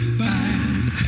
fine